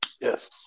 Yes